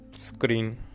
screen